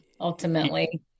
ultimately